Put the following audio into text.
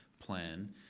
plan